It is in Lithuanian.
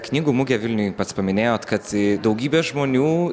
knygų mugė vilniuj pats paminėjot kad daugybė žmonių